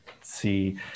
see